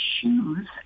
shoes